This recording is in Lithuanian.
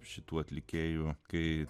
šitų atlikėjų kai